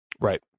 right